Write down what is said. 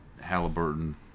Halliburton